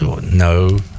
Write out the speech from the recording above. No